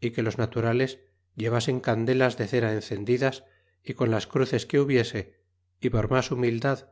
y que los naturales llevasen candelas de cera encendidas y con las cruces que hubiese y por mas humildad